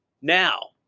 Now